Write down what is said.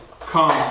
come